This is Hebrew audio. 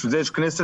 בשביל זה יש כנסת,